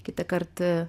kitą kart